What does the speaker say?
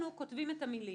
אנחנו כותבים את המילים,